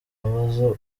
abaza